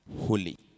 Holy